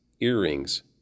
earrings